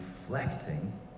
reflecting